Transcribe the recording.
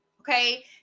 Okay